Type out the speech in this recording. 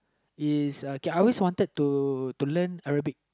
is okay I always want to to learn Arabic